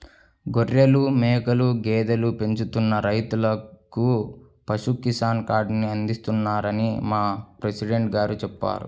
గొర్రెలు, మేకలు, గేదెలను పెంచుతున్న రైతులకు పశు కిసాన్ కార్డుని అందిస్తున్నారని మా ప్రెసిడెంట్ గారు చెప్పారు